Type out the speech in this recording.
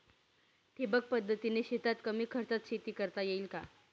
ठिबक पद्धतीने शेतात कमी खर्चात शेती करता येईल का?